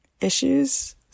issues